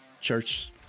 church